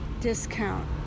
discount